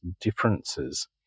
differences